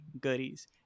goodies